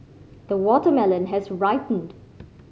the watermelon has ripened